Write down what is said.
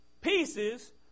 pieces